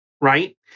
right